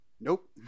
nope